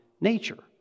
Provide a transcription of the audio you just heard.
nature